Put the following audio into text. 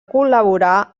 col·laborar